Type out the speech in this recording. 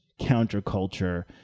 counterculture